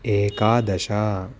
एकादश